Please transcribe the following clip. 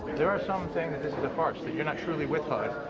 there are some saying that this is a farce, that you're not truly with hud,